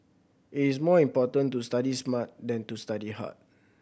it is more important to study smart than to study hard